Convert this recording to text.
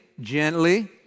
Gently